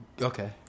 Okay